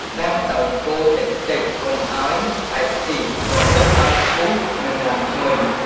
ដាំដោយកូរតិចៗកុំឱ្យបែកខ្ទិះ រហូតដល់ពុះនិងឡើងឈ្ងុយ។